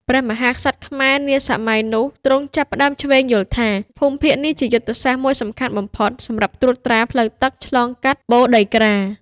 ព្រះមហាក្សត្រខ្មែរនាសម័យនោះទ្រង់ចាប់ផ្តើមឈ្វេងយល់ថា ភូមិភាគនេះជាយុទ្ធសាស្ត្រមួយសំខាន់បំផុត សម្រាប់ត្រួតត្រាផ្លូវទឹកឆ្លងកាត់ បូរដីក្រា។